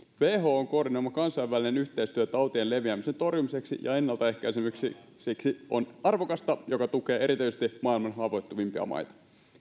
whon koordinoima kansainvälinen yhteistyö tautien leviämisen torjumiseksi ja ennaltaehkäisemiseksi on arvokasta ja se tukee erityisesti maailman haavoittuvimpia maita